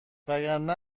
وگرنه